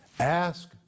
Ask